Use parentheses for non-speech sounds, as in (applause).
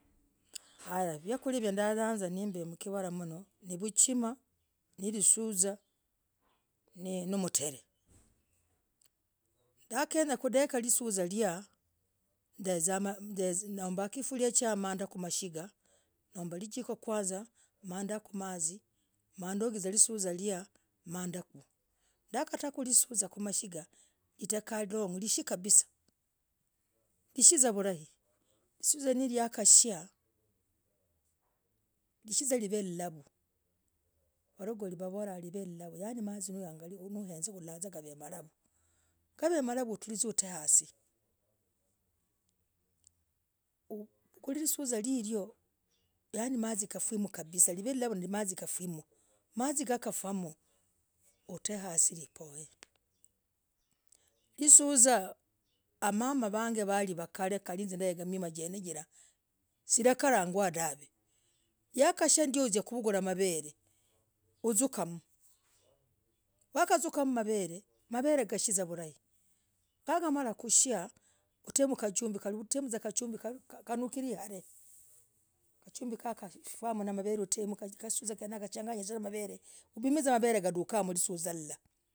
Hayaah! Vikuliandayazaa, mkivaramunoo, nivuchima n (hesitation) risuzaa. n (hesitation) mtr. (hesitation) ndekenyakudekah, lisuzah, liyaa nombah. kifuriachaa! Ndezakumaigah. ndombah lijiko kwanzaa. mandakumazii. mandogiza lisuzah liyaa mandakuu. ndakatalisuzah. liyaa, kumashingaa. lishiekasa. lishievuzavulai, lisuzah liyaa nakashia, lisuzah livelilavuu. walagoli noo! Navolah, livelilavuu. Yani mazii. nawezaa. gav (hesitation) malavuu. kwilisuzah gugwo mazii gafuee. moo. mazii gagafumoo. Ute asii lipoy (hesitation) lisuzah. hamama vag (hesitation) walivakal (hesitation) kali hiz (hesitation) ndengaa zimima. jenejilah! Sirakaragwa, dahvee. yakashiandio. uzizakuvugulah. maver (hesitation) uzukemoo. wakazummm, maver (hesitation) maver (hesitation) gashie vuzaa vulai. gakamalah, gushiah. utemm. gachumbii, kirahar (hesitation) gachumb (hesitation) utumm na maver (hesitation) uchangenye vuzaa. ubimemaver (hesitation) yakadukamoo lisuzah lilah.